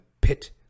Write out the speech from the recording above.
pit